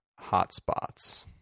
Hotspots